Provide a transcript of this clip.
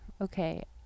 okay